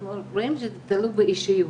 אנחנו רואים שזה תלוי באישיות,